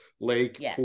Lake